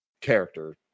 character